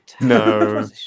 No